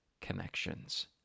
connections